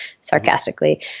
sarcastically